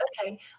okay